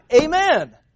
Amen